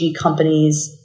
companies